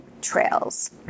trails